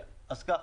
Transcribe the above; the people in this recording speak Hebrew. אז ככה,